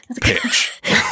pitch